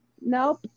nope